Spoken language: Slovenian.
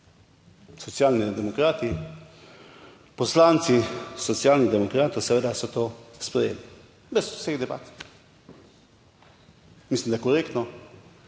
Socialni demokrati, poslanci Socialnih demokratov seveda so to sprejeli brez vseh debat. Mislim, da je korektno,